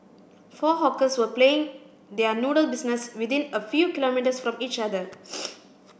four hawkers were playing their noodle business within a few kilometres from each other